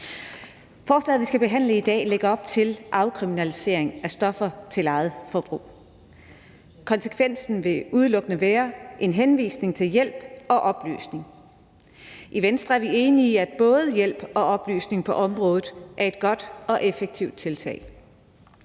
Forslaget, vi skal behandle i dag, lægger op til afkriminalisering af stoffer til eget forbrug. Konsekvensen vil udelukkende være en henvisning til hjælp og oplysning. I Venstre er vi enige i, at både hjælp og oplysning på området er et godt og effektivt tiltag.